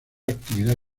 actividad